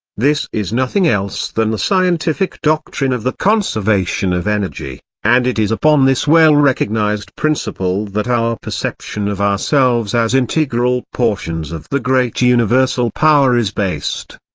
this is nothing else than the scientific doctrine of the conservation of energy, and it is upon this well-recognised principle that our perception of ourselves as integral portions of the great universal power is based.